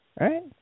right